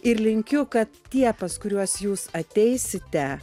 ir linkiu kad tie pas kuriuos jūs ateisite